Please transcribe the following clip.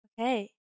Okay